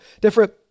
different